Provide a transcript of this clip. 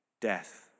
death